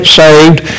saved